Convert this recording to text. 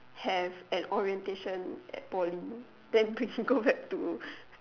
have an orientation at poly then quickly go back to